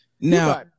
Now